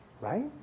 Right